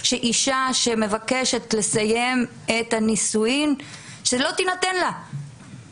שאישה שמבקשת לסיים את הנישואים לא תינתן לה האפשרות הזאת.